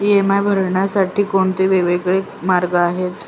EMI भरण्यासाठी कोणते वेगवेगळे मार्ग आहेत?